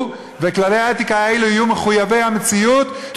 וכללי האתיקה האלה יהיו מחויבי המציאות,